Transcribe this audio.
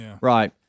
Right